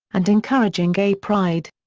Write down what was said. and encouraging gay pride.